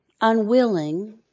unwilling